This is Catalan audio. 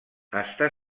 està